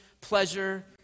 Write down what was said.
pleasure